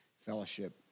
fellowship